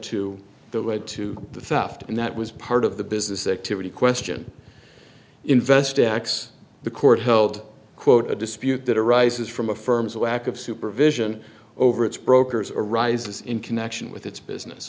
to the lead to the theft and that was part of the business activity question invest x the court held quote a dispute that arises from a firm's lack of supervision over its brokers arises in connection with its business